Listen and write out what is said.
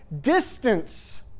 distance